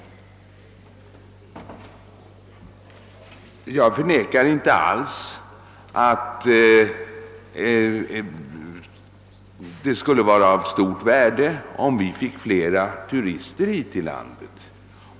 Jag förnekar inte alls att det skulle vara av stort värde om vi finge flera turister hit till landet.